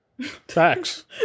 Facts